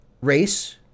Race